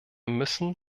müssen